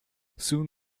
soon